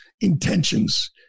intentions